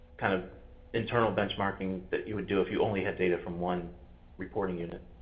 kind of internal benchmarking that you would do if you only had data from one reporting unit.